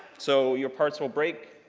so your parts will break.